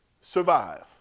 survive